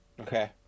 okay